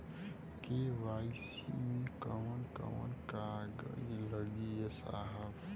KYC मे कवन कवन कागज लगी ए साहब?